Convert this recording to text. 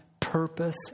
Purpose